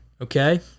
okay